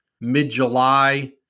mid-July